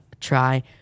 try